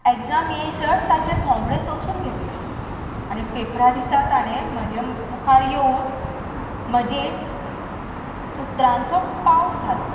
exam येयसर ताचे थोमणे सोंसून घेतले आनी पेपरा दिसा ताणें म्हजे मुखार येवन म्हजेर उतरांचो पावस घालो